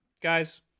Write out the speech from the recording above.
Guys